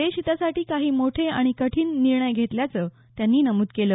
देशहीतासाठी काही मोठे आणि कठीण निर्णय घेतल्याचं त्यांनी नमुद केलं